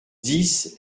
dix